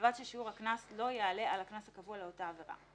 ובלבד ששיעור הקנס לא יעלה על הקנס הקבוע לאותה עבירה.